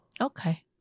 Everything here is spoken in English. Okay